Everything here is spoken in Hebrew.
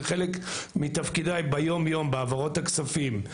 חלק מתפקידיי ביומיום בהעברות הכספים.